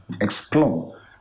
explore